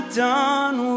done